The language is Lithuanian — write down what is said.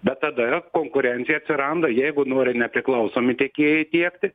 bet tada konkurencija atsiranda jeigu nori nepriklausomi tiekėjai tiekti